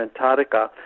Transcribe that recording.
Antarctica